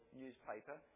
newspaper